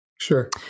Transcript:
Sure